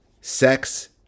sex